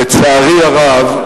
לצערי הרב,